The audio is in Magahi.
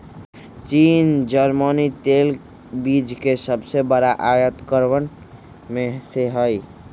चीन जर्मनी तेल बीज के सबसे बड़ा आयतकरवन में से हई